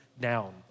down